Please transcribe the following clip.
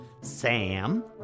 Sam